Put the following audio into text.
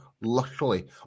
luckily